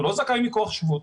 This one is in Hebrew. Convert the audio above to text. הוא לא זכאי מכוח שבות,